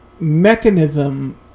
Mechanism